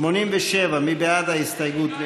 87, מי בעד ההסתייגות?